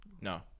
No